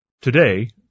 Today